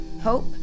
Hope